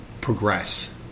progress